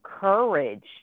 courage